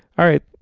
all right.